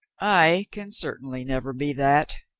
i can certainly never be that,